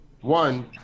One